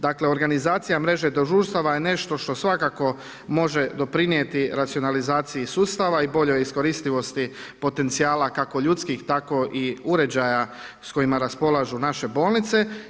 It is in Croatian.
Dakle, organizacija mreže dežurstava je nešto što svakako može doprinijeti racionalizaciji sustava i boljoj iskoristivosti potencijala kako ljudskih tako i uređaja s kojima raspolažu naše bolnice.